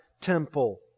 temple